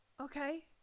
okay